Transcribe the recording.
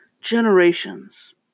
generations